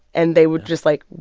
and they would just like,